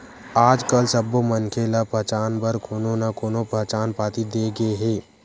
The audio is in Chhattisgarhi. आजकाल सब्बो मनखे ल पहचान बर कोनो न कोनो पहचान पाती दे गे हे